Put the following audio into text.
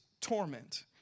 torment